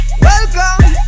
Welcome